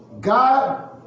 God